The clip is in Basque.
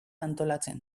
antolatzen